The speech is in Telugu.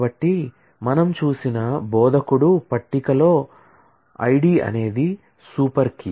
కాబట్టి మనం చూసిన బోధకుడు పట్టిక లో I D అనేది సూపర్ కీ